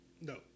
No